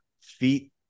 feet